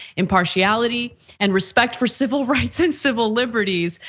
impartiality and respect for civil rights and civil liberties,